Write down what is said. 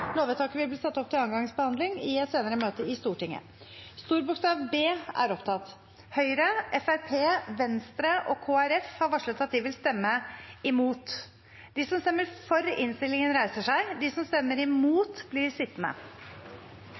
Lovvedtaket vil bli ført opp til andre gangs behandling i et senere møte i Stortinget. Videre var innstilt: B. Høyre, Fremskrittspartiet, Venstre og Kristelig Folkeparti har varslet at de vil stemme imot.